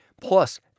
plus